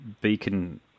beacon